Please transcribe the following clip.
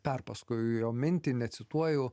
perpasakoju jo mintį necituoju